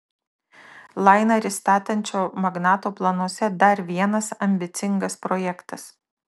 lainerį statančio magnato planuose dar vienas ambicingas projektas